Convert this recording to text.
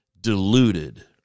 deluded